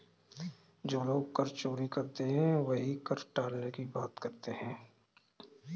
जो लोग कर चोरी करते हैं वही कर टालने की बात करते हैं